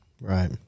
Right